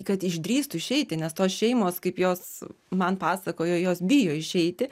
kad išdrįstų išeiti nes tos šeimos kaip jos man pasakojo jos bijo išeiti